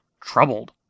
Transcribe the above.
troubled